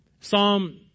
Psalm